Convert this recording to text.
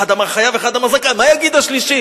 אחד אמר חייב אחד אמר זכאי, אז מה יגיד השלישי?